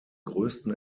größten